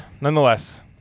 nonetheless